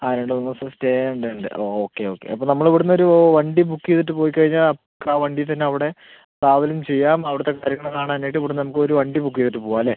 ആ രണ്ട് മൂന്ന് ദിവസം സ്റ്റേ ഉണ്ട് ഉണ്ട് ഓക്കെ ഓക്കെ അപ്പോൾ നമ്മൾ ഇവിടെനിന്ന് ഒരു വണ്ടി ബുക്ക് ചെയ്തിട്ട് പോയി കഴിഞ്ഞാൽ നമുക്ക് ആ വണ്ടിയിൽ തന്നെ അവിടെ ട്രാവലും ചെയ്യാം അവിടത്തെ കാര്യങ്ങൾ കാണാൻ ആയിട്ട് ഇവിടെനിന്ന് നമുക്ക് ഒരു വണ്ടി ബുക്ക് ചെയ്തിട്ട് പോവാം അല്ലേ